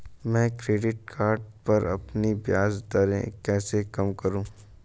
मैं credit card पर अपनी ब्याज दरें कैसे कम करूँ?